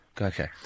Okay